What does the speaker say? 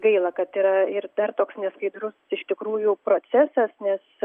gaila kad yra ir dar toks neskaidrus iš tikrųjų procesas nes